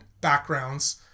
backgrounds